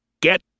Get